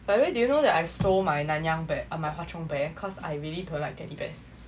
by the way do you know that I sold my nanyang bear ah my hwa chong bear cause I really don't like that bears